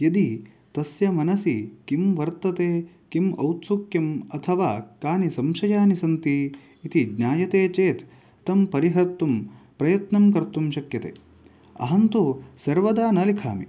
यदि तस्य मनसि किं वर्तते किम् औत्सुक्यम् अथवा कानि संशयानि सन्ति इति ज्ञायते चेत् तं परिहर्तुं प्रयत्नं कर्तुं शक्यते अहं तु सर्वदा न लिखामि